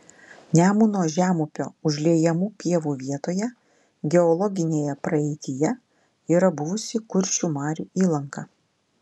nemuno žemupio užliejamų pievų vietoje geologinėje praeityje yra buvusi kuršių marių įlanka